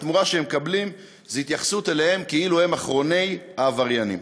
התמורה שהם מקבלים זה התייחסות אליהם כאילו הם אחרוני העבריינים.